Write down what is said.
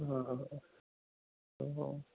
ആ ഹാ ഹാ ആ ഹാ